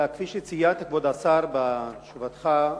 שכפי שציינת, כבוד השר, בתשובתך,